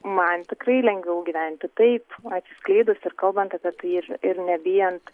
man tikrai lengviau gyventi taip atsiskleidus ir kalbant apie tai ir ir nebijant